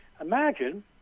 Imagine